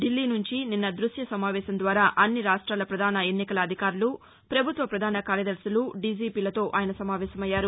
ఢిల్లీ నుంచి నిన్న ధృశ్య సమావేశం ద్వారా అన్ని రాష్టాల ప్రధాన ఎన్నికల అధికారులు ప్రభుత్వ ప్రధాన కార్యదర్శులు దీజీపీలతో ఆయన సమావేశమయ్యారు